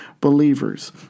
believers